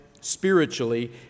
spiritually